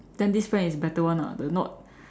then this friend is better one ah the not